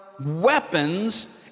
weapons